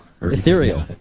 ethereal